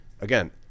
again